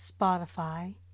Spotify